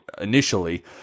initially